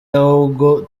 ahubwo